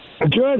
Good